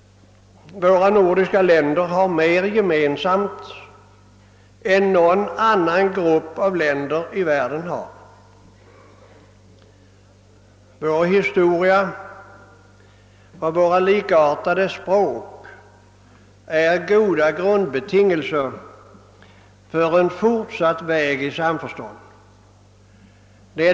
De nordiska länderna har mer gemensamt än någon annan grupp av länder i världen. Vår gemensamma historia och våra likartade språk är goda grundbetingelser för en fortsatt väg till samförstånd.